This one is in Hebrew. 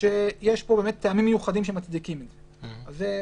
שיש פה טעמים מיוחדים שמצדיקים את זה.